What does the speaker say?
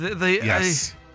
Yes